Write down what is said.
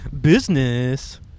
business